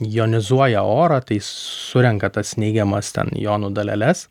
jonizuoja orą tai surenka tas neigiamas ten jonų daleles